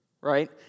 right